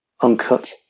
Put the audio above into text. Uncut